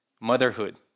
motherhood